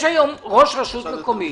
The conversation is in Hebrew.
יש היום ראש רשות מקומית